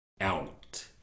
out